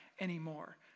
anymore